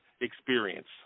experience